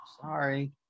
sorry